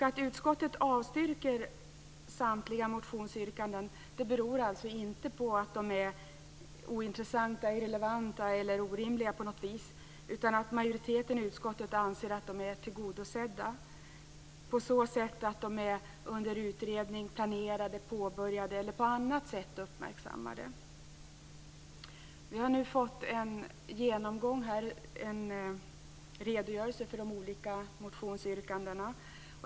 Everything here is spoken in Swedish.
Att utskottet avstyrker samtliga motionsyrkanden beror inte på något vis på att de är ointressanta, irrelevanta eller orimliga, utan på att majoriteten i utskottet anser att de är tillgodosedda. Frågorna är antingen under utredning eller planerade att utredas, eller så är yrkandena på annat sätt uppmärksammade. Vi har nu fått en redogörelse för de olika motionsyrkandena.